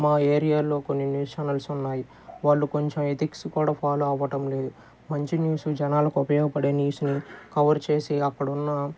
మా ఏరియాలో కొన్ని న్యూస్ ఛానెల్స్ ఉన్నాయి వాళ్ళు కొంచెం ఎథిక్స్ కూడా ఫాలో అవ్వటం లేదు మంచి న్యూస్ జనాలకు ఉపయోగపడే న్యూస్ని కవర్ చేసి అక్కడున్న